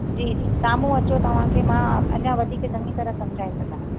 जी जी सामुहूं अचो तव्हांखे मां अञा वधीक चङी तरह सम्झाए सघंदमि